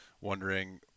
wondering